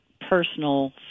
personal